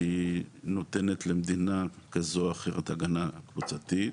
כשהיא נותנת למדינה כזו או אחרת הגנה קבוצתית,